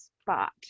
spot